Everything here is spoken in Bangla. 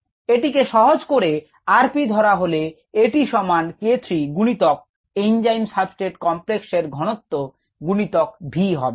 এটিকে সহজ করে r P ধরা হলে এটি সমান k 3 গুনিতক এঞ্জাইম সাবস্ত্রেট কমপ্লেক্স এর ঘনত্য গুনিতক V হবে